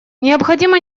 необходимо